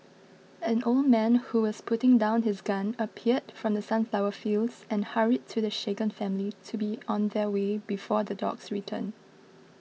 an old man who was putting down his gun appeared from the sunflower fields and hurried to the shaken family to be on their way before the dogs return